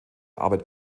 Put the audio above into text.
arbeit